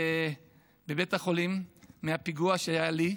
בבית החולים, מהפיגוע שהיה לי,